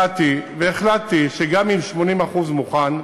באתי והחלטתי שגם אם 80% מוכן,